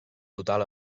total